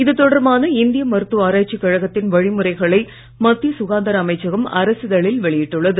இது தொடர்பான இந்திய மருத்துவ ஆராய்ச்சி கழகத்தின் வழிமுறைகளை மத்திய சுகாதார அமைச்சகம் அரசிதழில் வெளியிட்டுள்ளது